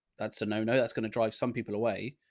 that's a no, no, that's going to drive some people away.